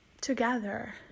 together